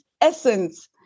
essence